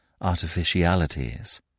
Artificialities